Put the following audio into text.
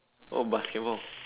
oh basketball